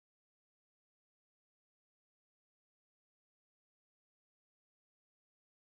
I think cause my sis now into not really into facial but she wants her skin to be nice Ka-Ling